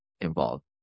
involved